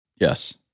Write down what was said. Yes